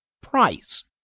price